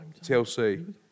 TLC